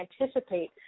anticipate